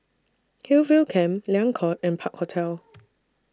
Hillview Camp Liang Court and Park Hotel